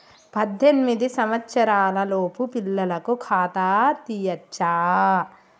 పద్దెనిమిది సంవత్సరాలలోపు పిల్లలకు ఖాతా తీయచ్చా?